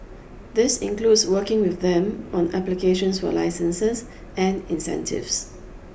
this includes working with them on applications for licenses and incentives